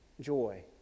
joy